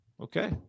Okay